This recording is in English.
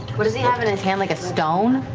what does he have in his hand, like a stone?